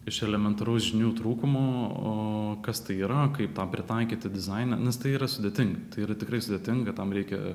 iš elementaraus žinių trūkumo kas tai yra kaip tą pritaikytą dizaine nes tai yra sudėtinga tai yra tikrai sudėtinga tam reikia